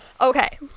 Okay